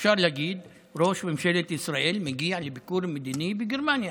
אפשר להגיד: ראש ממשלת ישראל מגיע לביקור מדיני בגרמניה.